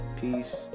Peace